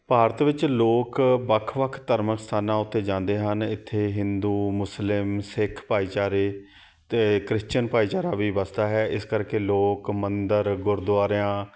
ਭਾਰਤ ਵਿੱਚ ਲੋਕ ਵੱਖ ਵੱਖ ਧਾਰਮਿਕ ਸਥਾਨਾਂ ਉੱਤੇ ਜਾਂਦੇ ਹਨ ਇੱਥੇ ਹਿੰਦੂ ਮੁਸਲਿਮ ਸਿੱਖ ਭਾਈਚਾਰੇ ਅਤੇ ਕ੍ਰਿਸ਼ਚਨ ਭਾਈਚਾਰਾ ਵੀ ਵੱਸਦਾ ਹੈ ਇਸ ਕਰਕੇ ਲੋਕ ਮੰਦਰ ਗੁਰਦੁਆਰਿਆਂ